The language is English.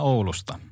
Oulusta